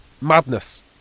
Madness